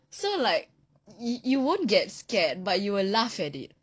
so like y~ you won't get scared but you will laugh at it